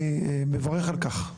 אני מברך על כך.